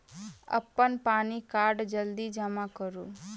अप्पन पानि कार्ड जल्दी जमा करू?